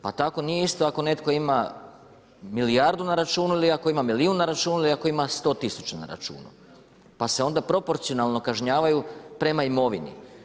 Pa tako nije isto ako netko ima milijardu na računu ili ako ima milijun na računu ili ako ima sto tisuća na računu, pa se onda proporcionalno kažnjavaju prema imovini.